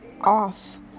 off